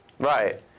Right